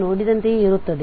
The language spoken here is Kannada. ನೋಡಿದಂತೆಯೇ ಇರುತ್ತದೆ